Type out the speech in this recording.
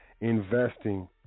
investing